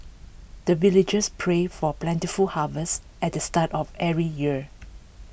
the villagers pray for plentiful harvest at the start of every year